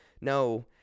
no